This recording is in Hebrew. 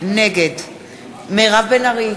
נגד מירב בן ארי,